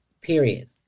Period